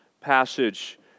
passage